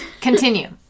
continue